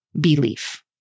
belief